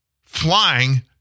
flying